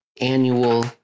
annual